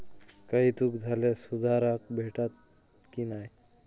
काही चूक झाल्यास सुधारक भेटता की नाय?